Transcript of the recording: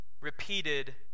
repeated